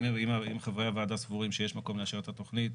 אם חברי הוועדה סבורים שיש מקום לאשר את התכנית,